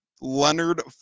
Leonard